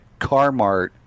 Carmart